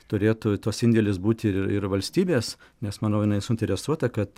turėtų tas indėlis būti ir ir valstybės nes manau jinai suinteresuota kad